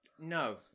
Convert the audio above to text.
No